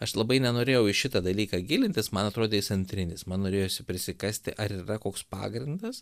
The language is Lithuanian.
aš labai nenorėjau į šitą dalyką gilintis man atrodė jis antrinis man norėjosi prisikasti ar yra koks pagrindas